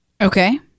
Okay